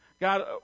God